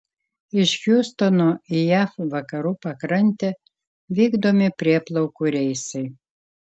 iš hjustono į jav vakarų pakrantę vykdomi prieplaukų reisai